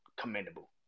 commendable